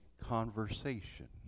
conversation